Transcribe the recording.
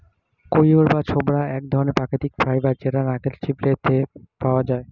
কইর বা ছোবড়া এক ধরণের প্রাকৃতিক ফাইবার যেটা নারকেলের ছিবড়েতে পাওয়া যায়